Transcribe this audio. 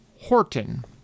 Horton